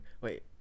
wait